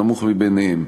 הנמוך בהם.